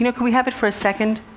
you know could we have it for a second?